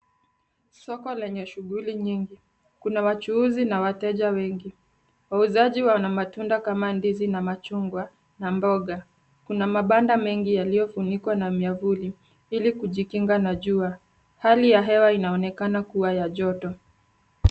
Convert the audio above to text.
Soko lenye shughuli nyingi. Kuna wachuuzi na wateja wengi. Wauzaji wana matunda kama ndizi na machungwa, na mboga. Kuna mabanda mengi yaliyofunikwa na miavuli, ili kujikinga na jua. Hali ya hewa inaonekana kuwa ya joto.